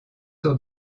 sur